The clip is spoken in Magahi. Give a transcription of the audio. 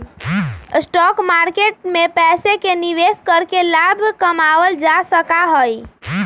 स्टॉक मार्केट में पैसे के निवेश करके लाभ कमावल जा सका हई